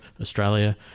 Australia